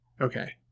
Okay